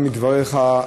גם מדבריך,